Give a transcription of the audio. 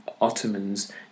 Ottomans